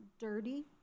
dirty